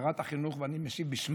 שרת החינוך, ואני משיב בשמה.